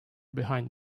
behind